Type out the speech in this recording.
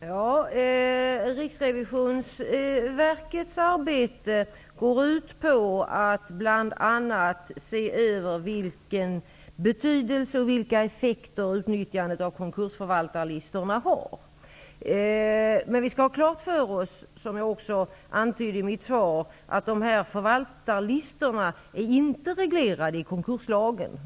Herr talman! Riksrevisionsverkets arbete går bl.a. ut på att undersöka vilken betydelse och vilka effekter utnyttjandet av konkursförvaltarlistorna har. Men vi skall ha klart för oss -- vilket jag även antydde i mitt svar -- att dessa listor inte är reglerade i konkurslagen.